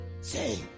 Say